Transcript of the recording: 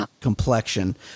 complexion